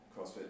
CrossFit